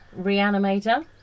Reanimator